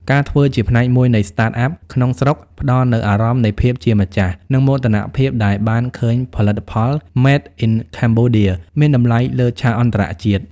ការធ្វើជាផ្នែកមួយនៃ Startup ក្នុងស្រុក ផ្ដល់នូវអារម្មណ៍នៃភាពជាម្ចាស់ និងមោទនភាពដែលបានឃើញផលិតផល "Made in Cambodia" មានតម្លៃលើឆាកអន្តរជាតិ។